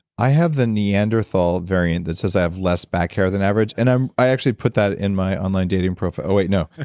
i have the neanderthal variant that says i have less back hair than average, and i actually put that in my online dating profile. oh wait, no. ah